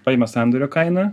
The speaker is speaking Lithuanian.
paima sandorio kainą